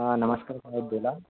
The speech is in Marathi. नमस्कार साहेब बोला